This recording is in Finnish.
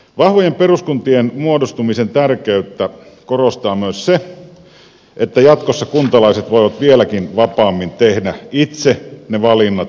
vahvojen peruskuntien muodostumisen tärkeyttä korostaa myös se että jatkossa kuntalaiset voivat vieläkin vapaammin tehdä itse ne valinnat joista palvelunsa hakevat